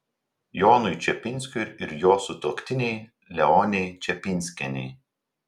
jonui čepinskiui ir jo sutuoktinei leonei čepinskienei